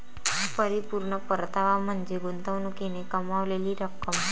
परिपूर्ण परतावा म्हणजे गुंतवणुकीने कमावलेली रक्कम